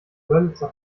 wörlitzer